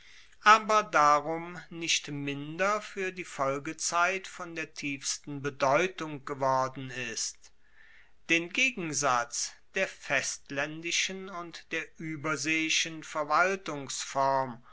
aber darum nicht minder fuer die ganze folgezeit von der tiefsten bedeutung geworden ist den gegensatz der festlaendischen und der